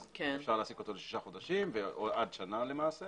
אז אפשר להעסיק אותו לשישה חודשים או עד שנה למעשה